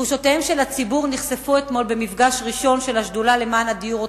תחושותיו של הציבור נחשפו אתמול במפגש ראשון של השדולה למען הדיור,